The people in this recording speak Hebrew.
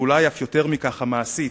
ואולי אף יותר מכך המעשית,